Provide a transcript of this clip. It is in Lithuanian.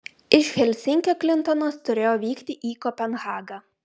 iš helsinkio klintonas turėjo vykti į kopenhagą